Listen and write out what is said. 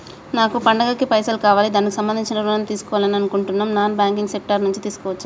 నాకు పండగ కి పైసలు కావాలి దానికి సంబంధించి ఋణం తీసుకోవాలని అనుకుంటున్నం నాన్ బ్యాంకింగ్ సెక్టార్ నుంచి తీసుకోవచ్చా?